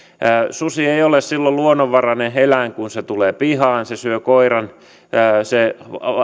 susi ei ole silloin luonnonvarainen eläin kun se tulee pihaan se syö koiran se